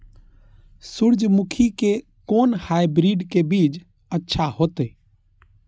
सूर्यमुखी के कोन हाइब्रिड के बीज अच्छा होते?